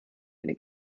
eine